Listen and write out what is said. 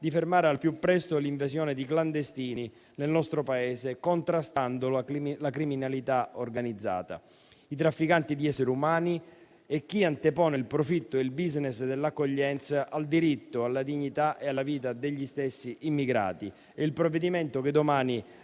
di fermare al più presto l'invasione di clandestini nel nostro Paese, contrastando la criminalità organizzata, i trafficanti di esseri umani e chi antepone il profitto e il *business* dell'accoglienza al diritto, alla dignità e alla vita degli stessi immigrati e il provvedimento che domani